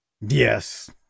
Yes